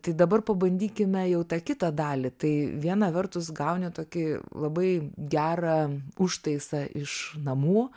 tai dabar pabandykime jau tą kitą dalį tai viena vertus gauni tokį labai gerą užtaisą iš namų